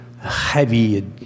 heavy